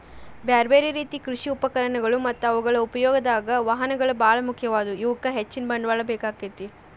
ಬ್ಯಾರ್ಬ್ಯಾರೇ ರೇತಿ ಕೃಷಿ ಉಪಕರಣಗಳು ಮತ್ತ ಅವುಗಳ ಉಪಯೋಗದಾಗ, ವಾಹನಗಳು ಬಾಳ ಮುಖ್ಯವಾದವು, ಇವಕ್ಕ ಹೆಚ್ಚಿನ ಬಂಡವಾಳ ಬೇಕಾಕ್ಕೆತಿ